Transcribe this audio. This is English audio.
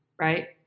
Right